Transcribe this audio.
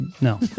no